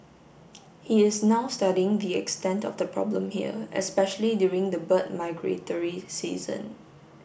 he is now studying the extent of the problem here especially during the bird migratory season